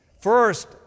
First